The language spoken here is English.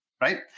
right